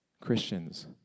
Christians